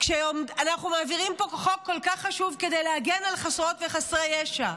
כשאנחנו מעבירים פה חוק כל כך חשוב כדי להגן על חסרות וחסרי ישע,